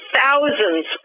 thousands